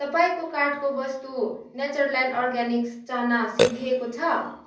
तपाईँको कार्टको वस्तु नेचरल्यान्ड अर्गानिक्स चाना सिद्धिएको छ